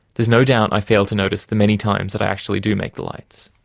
there's no doubt i fail to notice the many times that i actually do make the lights.